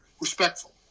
Respectful